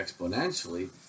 exponentially